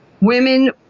Women